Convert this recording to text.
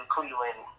Cleveland